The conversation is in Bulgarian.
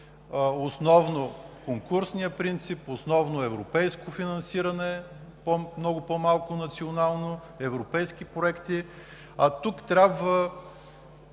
основно конкурсния принцип, основно европейско финансиране и много по-малко национално, европейски проекти, а тук